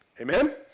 Amen